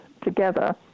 together